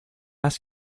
ask